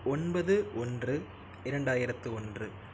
ஒன்பது ஒன்று இரண்டாயிரத்து ஒன்று